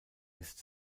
ist